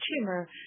tumor